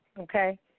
okay